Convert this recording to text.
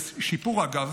זה שיפור,